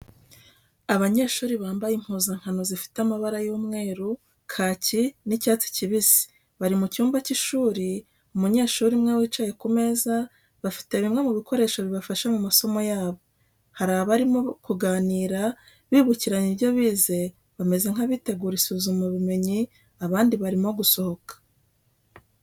Abanyeshuri bambaye impuzankano zifite amabara y'umweru, kaki, n'icyatsi kibisi, bari mu cyumba cy'ishuri, umunyeshuri umwe wicaye ku meza, bafite bimwe mu bikoresho bifashisha mu masomo yabo. Hari abarimo kuganira bibukiranya ibyo bize bameze nk'abitegura isuzumabumenyi, abandi barimo gusohoka.